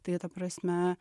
tai ta prasme